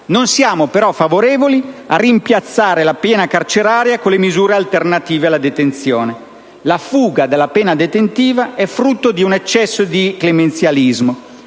Non siamo però favorevoli a rimpiazzare la pena carceraria con le misure alternative alla detenzione. La fuga dalla pena detentiva è frutto di un eccesso di clemenzialismo